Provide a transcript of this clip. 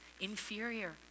inferior